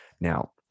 Now